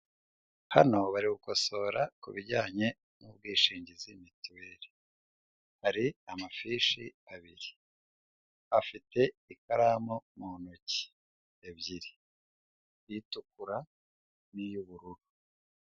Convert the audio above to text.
Hano bari gukosora ku bijyanye n'ubwishingizi mituweli, hari amafishi abiri afite ikaramu mu ntoki ebyiri itukura n'iy'bururu.